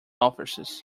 officers